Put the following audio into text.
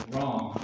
Wrong